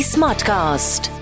Smartcast